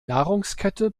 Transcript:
nahrungskette